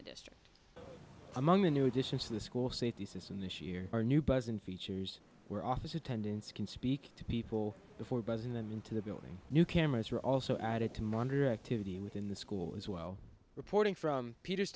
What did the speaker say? the district among the new additions to the school safety system this year or new bugs in features were office attendance can speak to people before buzzing them into the building new cameras are also added to monitor the activity within the school as well reporting from peter